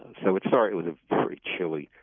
so it started with a very chilly,